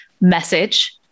message